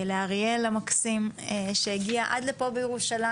ל-א' המקסים שהגיע עד לירושלים.